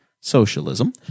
socialism